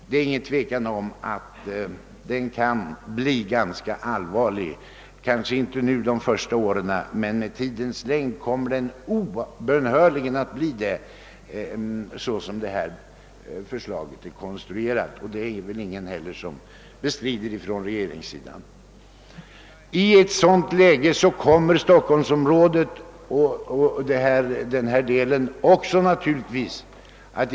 Det råder inget tvivel om att denna försvagning kan bli ganska allvarlig — kanske inte under de närmaste åren, men med tiden kommer den obönhörligen att bli det såsom detta förslag är konstruerat. Ingen från regeringssidan bestrider väl heller ett sådant påstående. I ett sådant läge kommer försvaret av stockholmsområdet naturligtvis också att försvagas i viss mån.